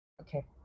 Okay